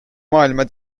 maailma